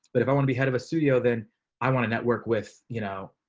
but if i want to be head of a studio. then i want to network with, you know,